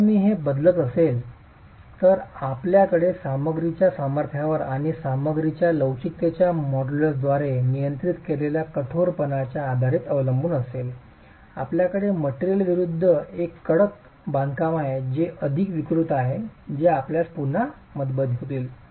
जर मी हे बदलत असेल तर आपल्याकडे सामग्रीच्या सामर्थ्यावर आणि सामग्रीच्या लवचिकतेच्या मॉड्यूलसद्वारे नियंत्रित केलेल्या कठोरपणावर आधारित अवलंबून असेल आपल्याकडे मटेरियल विरूद्ध एक कडक बांधकाम आहे जे अधिक विकृत आहे जे आपल्याला पुन्हा मतभेद होतील